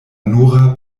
nura